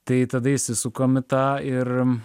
tai tada įsisukam į tą ir